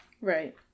Right